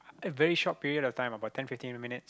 it very short period of time about ten fifteen minutes